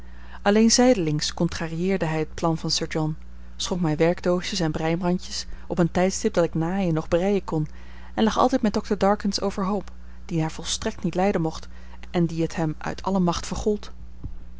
alleen zijdelings contrarieerde hij het plan van sir john schonk mij werkdoosjes en breimandjes op een tijdstip dat ik naaien noch breien kon en lag altijd met dr darkins overhoop dien hij volstrekt niet lijden mocht en die het hem uit alle macht vergold